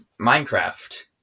Minecraft